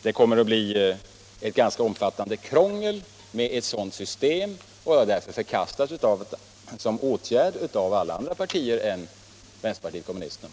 Det skulle bli ett ganska omfattande krångel med ett sådant system, och det har därför förkastats som åtgärd av alla andra partier än vänsterpartiet kommunisterna.